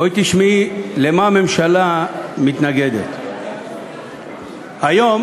בואי תשמעי למה הממשלה מתנגדת: היום,